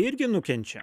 irgi nukenčia